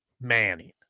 Manning